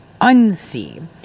unsee